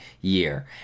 year